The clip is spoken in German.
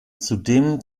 zudem